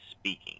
speaking